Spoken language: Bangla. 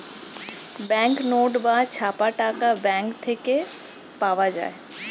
ব্যাঙ্ক নোট বা ছাপা টাকা ব্যাঙ্ক থেকে পাওয়া যায়